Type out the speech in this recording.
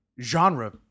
genre